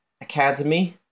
Academy